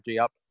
up